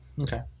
Okay